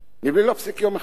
בלי להפסיק יום אחד,